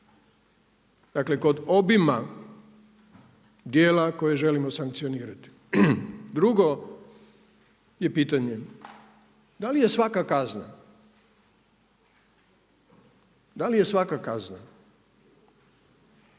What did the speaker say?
Dakle, kod obima djela koje želimo sankcionirati. Drugo je pitanje da li je svaka kazna, dakle govorim